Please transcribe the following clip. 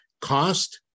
Cost